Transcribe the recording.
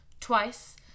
twice